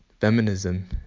feminism